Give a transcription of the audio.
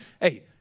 hey